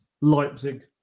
Leipzig